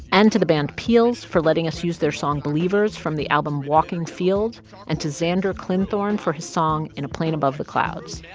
and to the band peals for letting us use their song believers from the album walking field and to xander clinthorne for his song in a plane above the clouds.